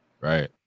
Right